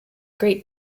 great